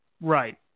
Right